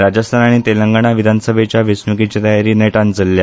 राजस्थान आनी तेलंगन विधानसभेच्या वेचणुकेची तयारी नेटान चल्ल्या